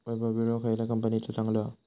वैभव विळो खयल्या कंपनीचो चांगलो हा?